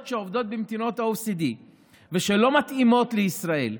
שעובדות במדינות ה-OECD ושלא מתאימות לישראל.